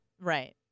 Right